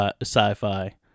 sci-fi